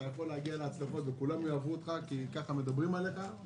אתה יכול להגיע להצלחות וכולם יאהבו אותך כי ככה מדברים עליך.